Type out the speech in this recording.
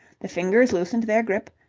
the fingers loosened their grip,